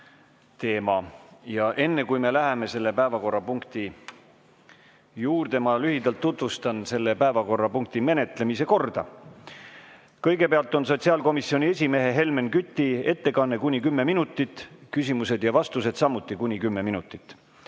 arutamine. Enne kui me läheme selle päevakorrapunkti juurde, ma lühidalt tutvustan selle menetlemise korda. Kõigepealt on sotsiaalkomisjoni esimehe Helmen Küti ettekanne kuni 10 minutit, küsimused ja vastused samuti kuni 10 minutit.